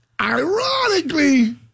ironically